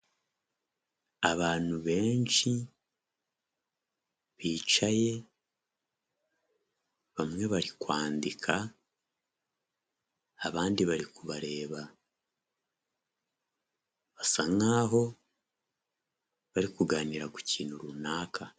Abantu benshi bicaye, bamwe bari kwandika abandi bari kubareba. Basa nk'aho bari kuganira ku kintu runaka.